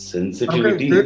Sensitivity